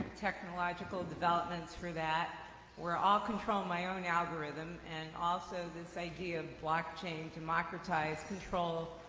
technological developments for that where i'll control my own algorithm and also, this idea of blockchain democratize control.